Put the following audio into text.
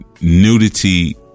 nudity